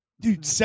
Dude